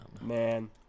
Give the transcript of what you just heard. Man